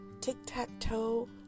tic-tac-toe